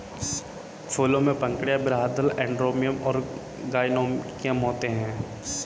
फूलों में पंखुड़ियाँ, बाह्यदल, एंड्रोमियम और गाइनोइकियम होते हैं